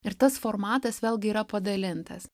ir tas formatas vėlgi yra padalintas